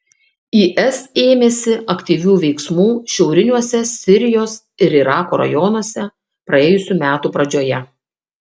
is ėmėsi aktyvių veiksmų šiauriniuose sirijos ir irako rajonuose praėjusių metų pradžioje